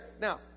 Now